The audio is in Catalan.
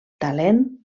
talent